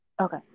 Okay